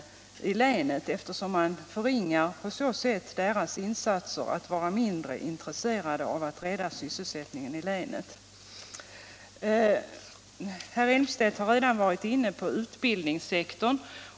Man förringar deras insatser och framställer det på så sätt som om de vore mindre intresserade av att rädda sysselsättningen i länet. Herr Elmstedt har redan tagit upp utbildningssektorn.